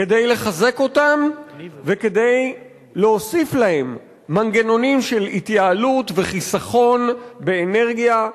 כדי לחזק אותן וכדי להוסיף להן מנגנונים של התייעלות וחיסכון באנרגיה,